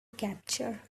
capture